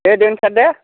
दे दोनथार दे